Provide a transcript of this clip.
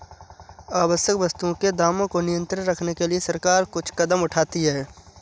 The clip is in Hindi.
आवश्यक वस्तुओं के दामों को नियंत्रित रखने के लिए सरकार कुछ कदम उठाती है